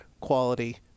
quality